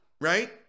Right